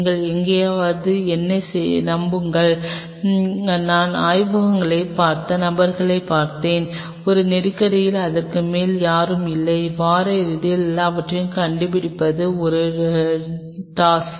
நீங்கள் எவ்வளவுதான் என்னை நம்புங்கள் நான் ஆய்வகங்களைப் பார்த்த நபர்களைப் பார்த்தேன் ஒரு நெருக்கடியில் அதற்கு மேல் யாரும் இல்லை வார இறுதியில் எல்லாவற்றையும் கண்டுபிடிப்பது ஒரு டாஸ்